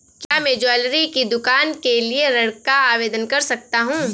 क्या मैं ज्वैलरी की दुकान के लिए ऋण का आवेदन कर सकता हूँ?